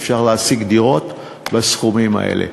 אפשר להשיג דירות בסכומים האלה.